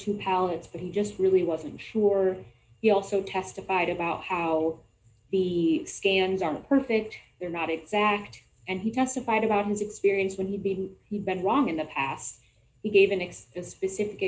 two pellets but he just really wasn't sure he also testified about how the scans aren't perfect they're not exact and he testified about his experience when he being he'd been wrong in the past he gave an x specific